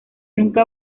nunca